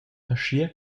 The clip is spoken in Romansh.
aschia